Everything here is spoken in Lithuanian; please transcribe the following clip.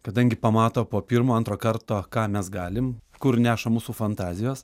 kadangi pamato po pirmo antro karto ką mes galim kur neša mūsų fantazijos